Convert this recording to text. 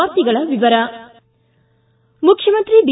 ವಾರ್ತೆಗಳ ವಿವರ ಮುಖ್ಯಮಂತ್ರಿ ಬಿ